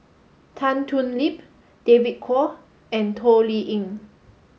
Tan Thoon Lip David Kwo and Toh Liying